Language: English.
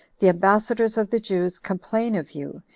the ambassadors of the jews, complain of you,